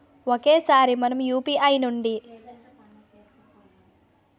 ఒకేసారి మనం యు.పి.ఐ నుంచి డబ్బు పంపడానికి ఎంత లిమిట్ ఉంటుంది?